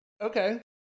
okay